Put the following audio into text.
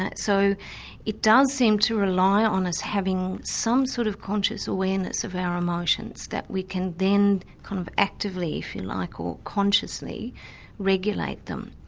so it does seem to rely on us having some sort of conscious awareness of our emotions that we can then kind of actively if you like or consciously regulate them.